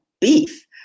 beef